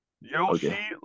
Yoshi